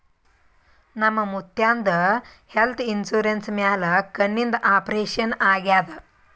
ನಮ್ ಮುತ್ಯಾಂದ್ health insurance ಮ್ಯಾಲ ಕಣ್ಣಿಂದ್ ಆಪರೇಷನ್ ಆಗ್ಯಾದ್